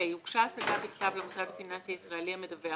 (ה) הוגשה השגה בכתב למוסד הפיננסי הישראלי המדווח